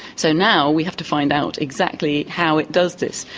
so now we have to find out exactly how it does this.